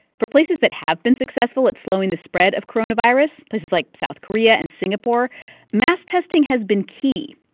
for places that have been successful at slowing the spread of coronavirus places like south korea and singapore mass testing has been key.